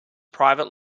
private